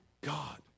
God